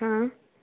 हाँ